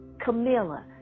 Camilla